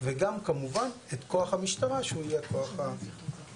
וגם כמובן את כוח המשטרה שהוא יהיה הכוח המרכזי.